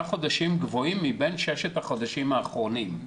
חודשים גבוהים מבין ששת החודשים האחרונים,